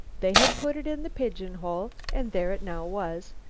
they had put it in the pigeon-hole, and there it now was.